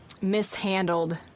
mishandled